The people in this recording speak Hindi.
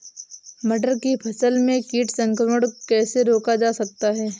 मटर की फसल में कीट संक्रमण कैसे रोका जा सकता है?